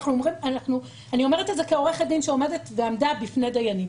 אני אומרת את זה כעורכת דין שעומדת ועמדה בפני דיינים